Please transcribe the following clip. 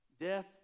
Death